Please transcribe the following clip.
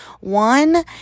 One